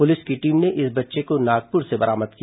police की team ने इस बच्चे को नागपुर से बरामद किया